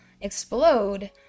Explode